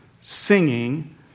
singing